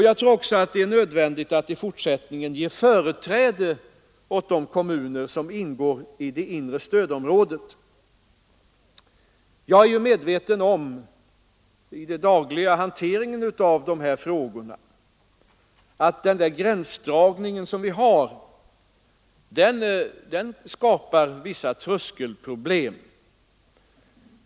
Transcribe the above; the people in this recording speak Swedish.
Jag tror också att det är nödvändigt att i fortsättningen ge företräde åt de kommuner som ingår i det inre stödområdet. Jag är i den dagliga hanteringen av dessa frågor medveten om att den gränsdragning vi har skapar vissa tröskelproblem.